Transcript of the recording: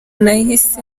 nahise